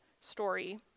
story